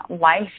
life